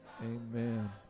Amen